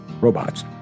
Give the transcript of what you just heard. robots